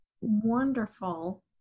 wonderful